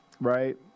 right